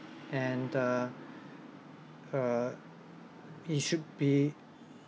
and(uh) uh it should be